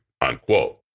unquote